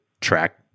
track